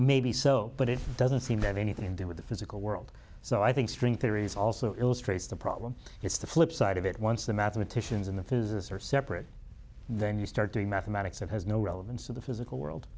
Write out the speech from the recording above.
maybe so but it doesn't seem to have anything to do with the physical world so i think string theory is also illustrates the problem it's the flip side of it once the mathematicians in the physicists are separate then you start doing mathematics that has no relevance to the physical world